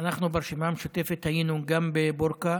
אנחנו ברשימה המשותפת היינו גם בבורקה